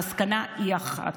המסקנה היא אחת: